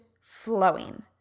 flowing